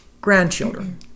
grandchildren